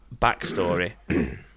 backstory